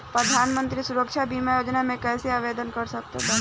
प्रधानमंत्री सुरक्षा बीमा योजना मे कैसे आवेदन कर सकत बानी?